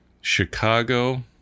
Chicago